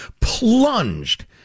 plunged